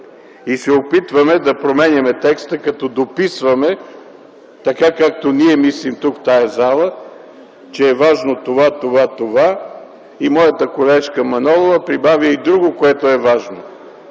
и се опитваме да променяме текста като дописваме, така както ние мислим тук, в тази зала, че е важно това, това и това. И моята колежка Манолова прибави и нещо друго, което е важно.